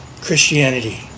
Christianity